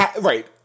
Right